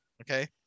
Okay